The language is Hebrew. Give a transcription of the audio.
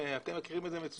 אתם מכירים את זה מצוין.